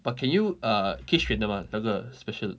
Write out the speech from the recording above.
but can you err 可以选的 mah 那个 special